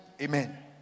Amen